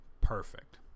Perfect